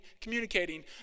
communicating